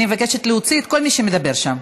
אני מבקשת להוציא את כל מי שמדבר שם.